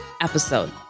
episode